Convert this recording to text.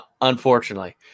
unfortunately